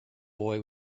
boy